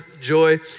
joy